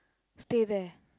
stay there